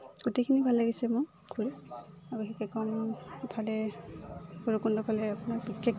গোটেইখিনি ভাল লাগিছে মোৰ গৈ আৰু বিশেষ কম ইফালে ভৈৰৱকুণ্ডফালে আপোনাৰ বিশেষকৈ